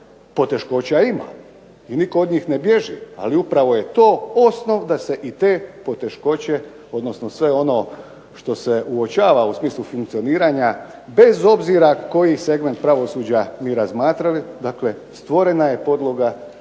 Poteškoća ima i nitko od njih ne bježi, ali upravo je to osnov da se i te poteškoće, odnosno sve ono što se uočava u smislu funkcioniranja bez obzira koji segment pravosuđa mi razmatrali, dakle stvorena je podloga,